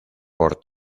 por